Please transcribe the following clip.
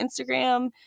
Instagram